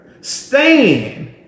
Stand